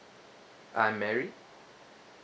I'm married